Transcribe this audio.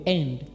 end